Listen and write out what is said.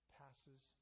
passes